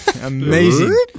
Amazing